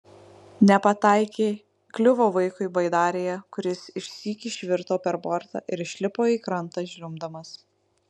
nepataikė kliuvo vaikui baidarėje kuris išsyk išvirto per bortą ir išlipo į krantą žliumbdamas